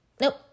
Nope